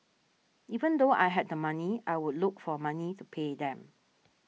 even though I had the money I would look for money to pay them